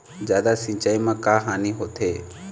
जादा सिचाई म का हानी होथे?